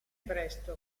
presto